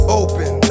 open